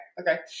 okay